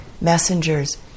messengers